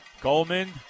Coleman